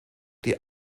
die